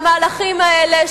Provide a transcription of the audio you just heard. והמהלכים האלה,